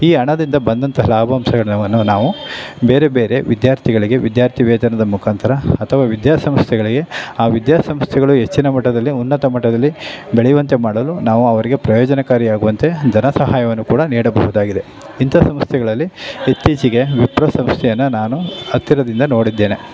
ಈ ಹಣದಿಂದ ಬಂದಂಥ ಲಾಭಾಂಶಗಳನ್ನು ನಾವು ಬೇರೆ ಬೇರೆ ವಿದ್ಯಾರ್ಥಿಗಳಿಗೆ ವಿದ್ಯಾರ್ಥಿ ವೇತನದ ಮುಖಾಂತರ ಅಥವಾ ವಿದ್ಯಾಸಂಸ್ಥೆಗಳಿಗೆ ಆ ವಿದ್ಯಾ ಸಂಸ್ಥೆಗಳು ಹೆಚ್ಚಿನ ಮಟ್ಟದಲ್ಲಿ ಉನ್ನತ ಮಟ್ಟದಲ್ಲಿ ಬೆಳೆಯುವಂತೆ ಮಾಡಲು ನಾವು ಅವರಿಗೆ ಪ್ರಯೋಜನಕಾರಿಯಾಗುವಂತೆ ಧನಸಹಾಯವನ್ನು ಕೂಡ ನೀಡಬಹುದಾಗಿದೆ ಇಂಥ ಸಂಸ್ಥೆಗಳಲ್ಲಿ ಇತ್ತೀಚೆಗೆ ವಿಪ್ರೋ ಸಂಸ್ಥೆಯನ್ನು ನಾನು ಹತ್ತಿರದಿಂದ ನೋಡಿದ್ದೇನೆ